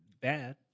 bad